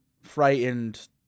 frightened